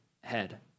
head